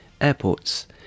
airports